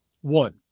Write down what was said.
One